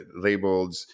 labeled